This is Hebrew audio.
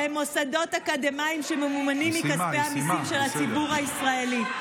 שהם מוסדות אקדמיים שממומנים מכספי המיסים של הציבור הישראלי.